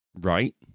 Right